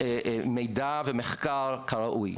מידע ומחקר כראוי.